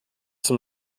zum